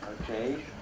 Okay